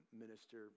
minister